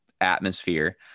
atmosphere